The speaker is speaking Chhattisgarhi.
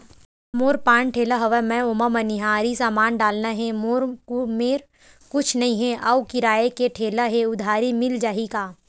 मोर पान ठेला हवय मैं ओमा मनिहारी समान डालना हे मोर मेर कुछ नई हे आऊ किराए के ठेला हे उधारी मिल जहीं का?